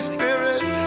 Spirit